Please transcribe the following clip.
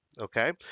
Okay